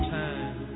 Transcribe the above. time